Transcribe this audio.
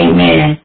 Amen